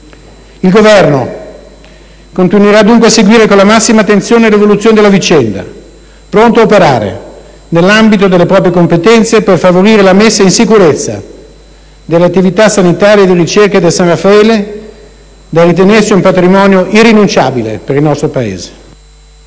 Il Governo continuerà dunque a seguire con la massima attenzione l'evoluzione della vicenda, pronto a operare, nell'ambito delle proprie competenze, per favorire la messa in sicurezza delle attività sanitarie e di ricerca del San Raffaele, da ritenersi un patrimonio irrinunciabile per il nostro Paese.